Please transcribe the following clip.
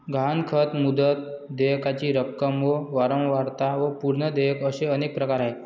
गहाणखत, मुदत, देयकाची रक्कम व वारंवारता व पूर्व देयक असे अनेक प्रकार आहेत